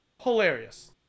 Hilarious